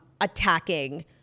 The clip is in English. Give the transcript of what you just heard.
attacking